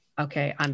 okay